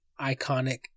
iconic